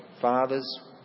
Fathers